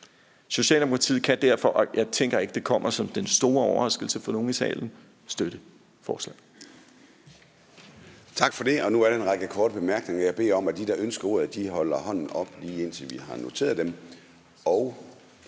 Socialdemokratiet kan derfor – og jeg tænker ikke, det kommer som den store overraskelse for nogen i salen – støtte forslaget.